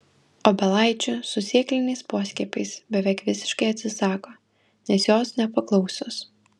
obelaičių su sėkliniais poskiepiais beveik visiškai atsisako nes jos nepaklausios